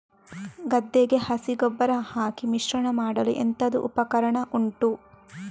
ಗದ್ದೆಗೆ ಹಸಿ ಗೊಬ್ಬರ ಹಾಕಿ ಮಿಶ್ರಣ ಮಾಡಲು ಎಂತದು ಉಪಕರಣ ಉಂಟು?